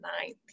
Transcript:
ninth